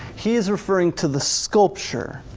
he is referring to the sculpture.